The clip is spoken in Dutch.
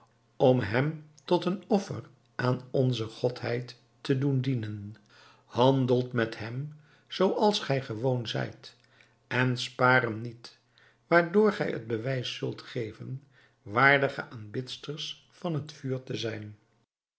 om hem tot een offer aan onze godheid te doen dienen handelt met hem zooals gij gewoon zijt en spaar hem niet waardoor gij het bewijs zult geven waardige aanbidsters van het vuur te zijn